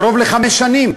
קרוב לחמש שנים.